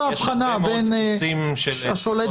להחליף את השם שלו לשם אחר.